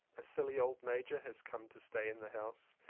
a silly old major has come to stay in the house.